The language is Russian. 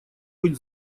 быть